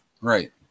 Right